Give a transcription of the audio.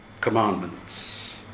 commandments